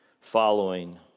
following